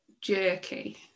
jerky